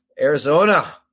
arizona